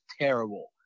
terrible